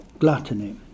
Gluttony